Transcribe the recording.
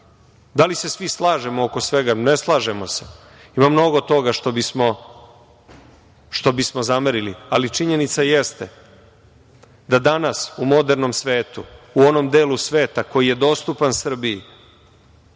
li se svi slažemo oko svega? Ne slažemo se. Ima mnogo toga što bismo zamerili, ali činjenica jeste da danas u modernom svetu, u onom delu sveta koji je dostupan Srbiji,